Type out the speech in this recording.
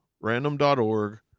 random.org